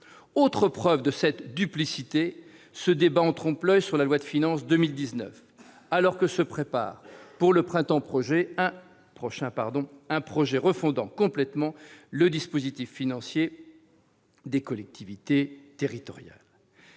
autre preuve de cette duplicité est ce débat en trompe-l'oeil sur le projet de loi de finances pour 2019 alors que se prépare pour le printemps prochain un projet visant à refonder complètement le dispositif financier des collectivités territoriales.